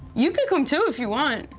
you can come to if you want.